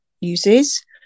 uses